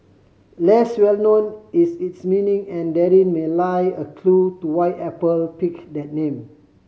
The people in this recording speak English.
less well known is its meaning and therein may lie a clue to why Apple picked that name